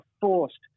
forced